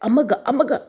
ꯑꯃꯒ ꯑꯃꯒ